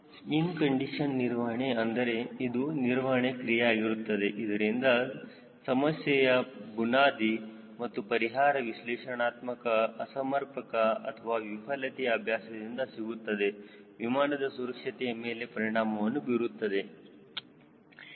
ಇನ್ condition ನಿರ್ವಹಣೆ ಅಂದರೆ ಇದು ನಿರ್ವಹಣ ಕ್ರಿಯೆ ಆಗಿರುತ್ತದೆ ಇದರಿಂದ ಸಮಸ್ಯೆಯ ಪುನಾದಿ ಮತ್ತು ಪರಿಹಾರ ವಿಶ್ಲೇಷಣಾತ್ಮಕ ಅಸಮರ್ಪಕ ಅಥವಾ ವಿಫಲತೆಯ ಅಭ್ಯಾಸದಿಂದ ಸಿಗುತ್ತದೆ ಮತ್ತು ವಿಮಾನದ ಸುರಕ್ಷತೆಯ ಮೇಲೆ ಪರಿಣಾಮವನ್ನು ಬೀರುವುದಿಲ್ಲ